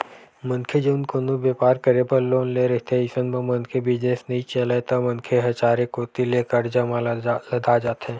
मनखे जउन कोनो बेपार करे बर लोन ले रहिथे अइसन म मनखे बिजनेस नइ चलय त मनखे ह चारे कोती ले करजा म लदा जाथे